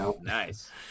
Nice